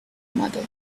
mother